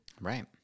Right